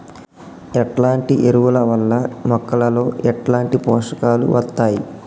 ఎట్లాంటి ఎరువుల వల్ల మొక్కలలో ఎట్లాంటి పోషకాలు వత్తయ్?